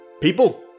People